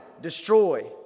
Destroy